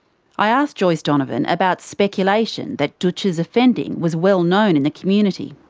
i ask joyce donovan about speculation that dootch's offending was well known in the community.